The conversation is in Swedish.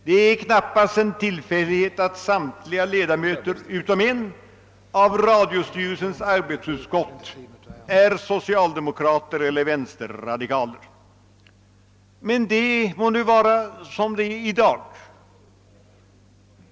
Det är knappast en tillfällighet att samtliga ledamöter utom en av radiostyrelsens arbetsutskott är socialdemokrater eller vänsterradikaler. Men med det må det vara som det är i dag.